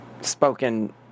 spoken